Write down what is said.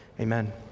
Amen